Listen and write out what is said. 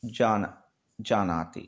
जाना जानन्ति